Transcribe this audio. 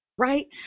right